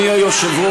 למה היום?